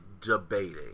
debating